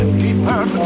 deeper